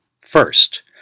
First